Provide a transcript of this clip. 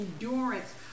endurance